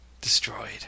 destroyed